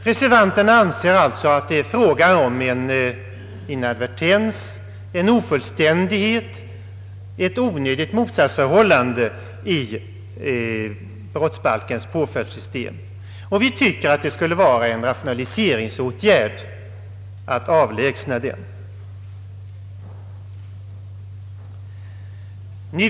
Reservanterna anser sålunda att det är fråga om en inadvertens, en ofullständighet, ett onödigt motsatsförhållande i brottsbalkens påföljdssystem. Vi anser att det skulle innebära en rationalisering att avlägsna denna olägenhet.